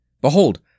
Behold